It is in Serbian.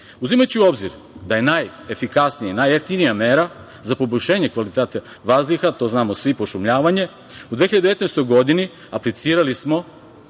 vazduha. Uzimajući u obzir da je najefikasnija, najjeftinija mera za poboljšanje kvaliteta vazduha, to znamo svi, pošumljavanje, u 2019. godini aplicirali smo